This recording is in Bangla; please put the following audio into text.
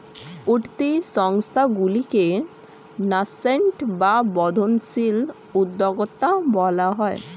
উঠতি সংস্থাগুলিকে ন্যাসেন্ট বা বর্ধনশীল উদ্যোক্তা বলা হয়